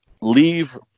Leave